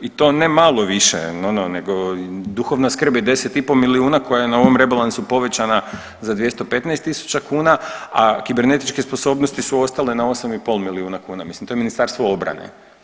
I to ne malo više ono nego duhovna skrb je 10,5 milijuna koja je na ovom rebalansu povećana za 215.000 kuna, a kibernetičke sposobnosti su ostale na 8,5 milijuna kuna, mislim to je Ministarstvo obrane.